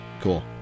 Cool